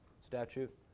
statute